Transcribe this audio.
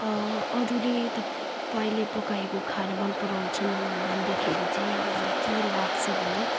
अरूले त तपाईँले पकाएको खाना मन पराउँछन् भन्दाखेरि चाहिँ मलाई के लाग्छ भन्दा